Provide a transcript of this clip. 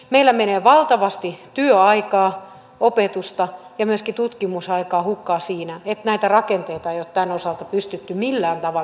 meillä menee valtavasti työaikaa opetusta ja myöskin tutkimusaikaa hukkaan siinä että näitä rakenteita ei ole tämän osalta pystytty millään tavalla järkevöittämään